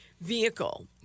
vehicle